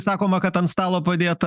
sakoma kad ant stalo padėta